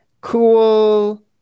Cool